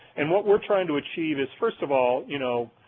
and what we're trying to achieve is first of all, you know,